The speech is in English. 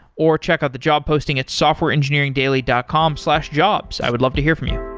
or check out the job posting at softwareengineeringdaily dot com slash jobs. i would love to hear from you